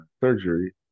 surgery